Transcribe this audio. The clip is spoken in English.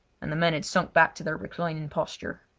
and the men had sunk back to their reclining posture.